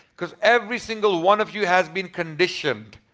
because every single one of you has been conditioned.